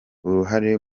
uruhare